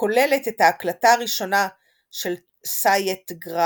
כוללת את ההקלטה הראשונה של "סאטייגראהה"